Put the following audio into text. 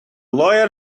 lawyer